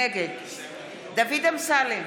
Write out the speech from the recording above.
נגד דוד אמסלם,